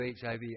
HIV